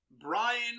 Brian